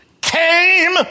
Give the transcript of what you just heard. came